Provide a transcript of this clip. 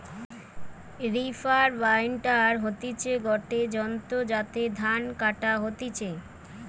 reaper binder হতিছে গটে যন্ত্র যাতে ধান কাটা হতিছে